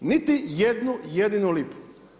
Niti jednu jedinu lipu.